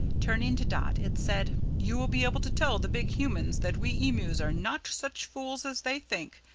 turning to dot it said, you will be able to tell the big humans that we emus are not such fools as they think,